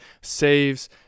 saves